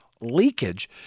leakage